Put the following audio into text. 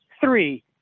three